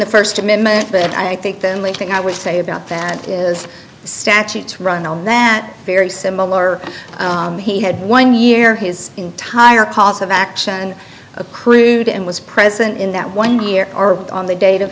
the first amendment but i think the only thing i would say about that is statutes run and then very similar he had one year his entire cause of action accrued and was present in that one year or on the date of